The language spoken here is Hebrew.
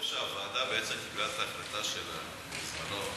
אם אתה לא חושב שהוועדה קיבלה את ההחלטה שלה בזמנה,